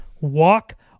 walk